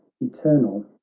eternal